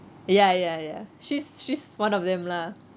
ya ya ya she's she's one of them lah